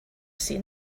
seen